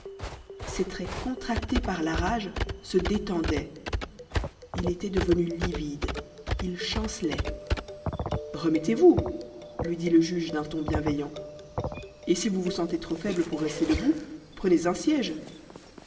ses traits contractés par la rage se détendaient il était devenu livide il chancelait remettez-vous lui dit le juge d'un ton bienveillant et si vous vous sentez trop faible pour rester debout prenez un siège